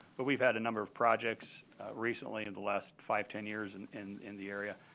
but we've had a number of projects recently in the last five, ten years and in in the area.